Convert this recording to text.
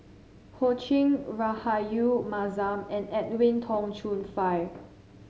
Ho Ching Rahayu Mahzam and Edwin Tong Chun Fai